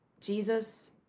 Jesus